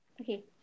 Okay